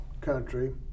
country